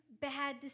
bad